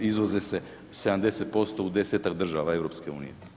Izvoze se 70% u 10-tak država EU.